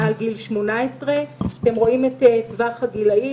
מעל גיל 18. אתם רואים את טווח הגילאים.